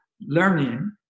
learning